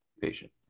patient